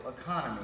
economy